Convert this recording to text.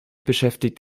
beschäftigt